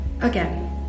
Again